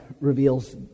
reveals